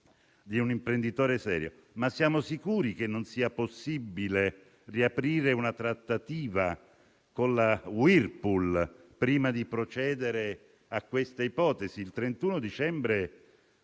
di un imprenditore serio, ma siamo sicuri che non sia possibile riaprire una trattativa con la Whirlpool prima di procedere a questa ipotesi? Il 31 dicembre